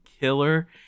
killer